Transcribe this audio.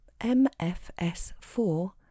MFS4